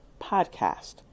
podcast